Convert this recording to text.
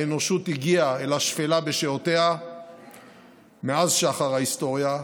האנושות הגיעה אל השפלה בשעותיה מאז שחר ההיסטוריה,